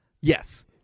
yes